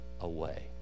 away